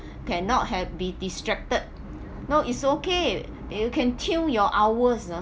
cannot have be distracted no it's okay you can kill your hours ah